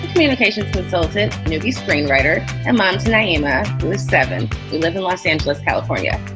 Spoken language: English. communications consultant, newbie, screenwriter and mom's name. ah seven live in los angeles, california.